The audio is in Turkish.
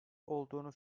olduğunu